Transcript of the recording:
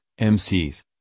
MCs